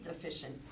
efficient